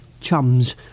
chums